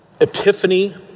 Epiphany